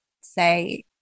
say